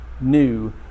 new